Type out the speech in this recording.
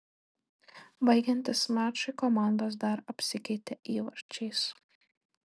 baigiantis mačui komandos dar apsikeitė įvarčiais